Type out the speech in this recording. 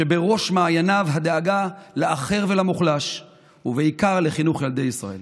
שבראש מעייניו הדאגה לאחר ולמוחלש ובעיקר לחינוך ילדי ישראל.